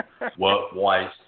Work-wise